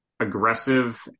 aggressive